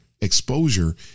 exposure